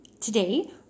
Today